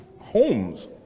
homes